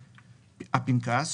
הפנקס),